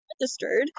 registered